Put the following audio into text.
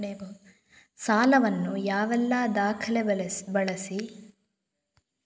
ಸಾಲ ವನ್ನು ಯಾವೆಲ್ಲ ದಾಖಲೆ ಬಳಸಿ ಪಡೆಯಬಹುದು?